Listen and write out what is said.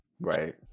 Right